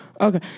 Okay